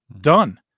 Done